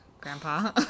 Grandpa